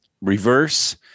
reverse